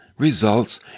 Results